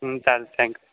चालेल थँक्यू